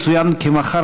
יצוין כי מחר,